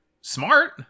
Smart